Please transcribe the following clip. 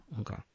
Okay